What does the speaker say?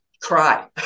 cry